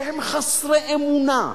שהם חסרי אמונה,